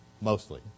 Mostly